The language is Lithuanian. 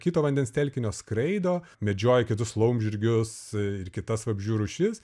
kito vandens telkinio skraido medžioja kitus laumžirgius ir kitas vabzdžių rūšis